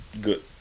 good